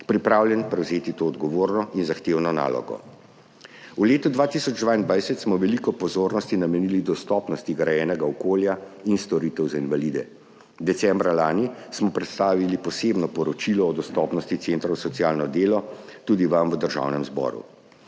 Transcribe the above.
pripravljen prevzeti to odgovorno in zahtevno nalogo. V letu 2022 smo veliko pozornosti namenili dostopnosti grajenega okolja in storitev za invalide. Decembra lani smo predstavili Posebno poročilo o dostopnosti centrov za socialno delo tudi vam v Državnem zboru.